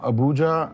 Abuja